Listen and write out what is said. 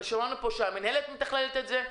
שמענו פה שהמינהלת מתכללת את זה,